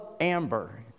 amber